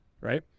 Right